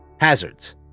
hazards